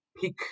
pick